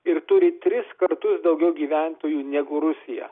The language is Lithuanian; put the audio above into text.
ir turi tris kartus daugiau gyventojų negu rusija